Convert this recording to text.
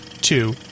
two